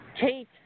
Kate